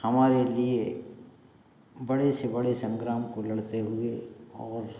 हमारे लिए बड़े से बड़े संग्राम को लड़ते हुए और